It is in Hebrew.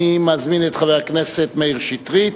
אני מזמין את חבר הכנסת מאיר שטרית,